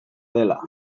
dela